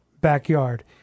backyard